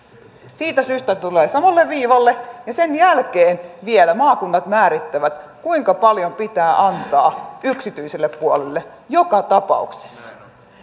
siitä syystä että ne tulevat samalle viivalle ja sen jälkeen vielä maakunnat määrittävät kuinka paljon pitää antaa yksityiselle puolelle joka tapauksessa